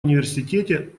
университете